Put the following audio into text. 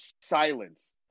silence